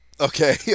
Okay